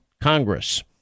Congress